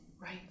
Right